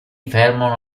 fermano